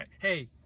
Hey